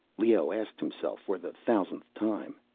leoh asked himself for the thousandth time.